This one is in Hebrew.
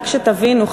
רק שתבינו,